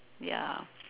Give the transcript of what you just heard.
ya